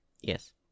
Yes